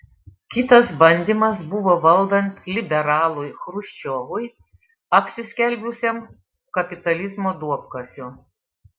kitas bandymas buvo valdant liberalui chruščiovui apsiskelbusiam kapitalizmo duobkasiu